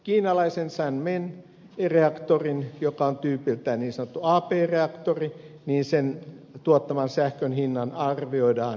kiinalaisen sanmen reaktorin joka on tyypiltään niin sanottu ap reaktori tuottaman sähkön hinnan arvioidaan kolminkertaistuvan